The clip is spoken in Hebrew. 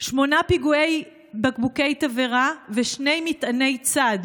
שמונה פיגועי בקבוקי תבערה ושני מטעני צד,